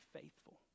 faithful